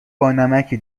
بانمکی